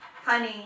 Honey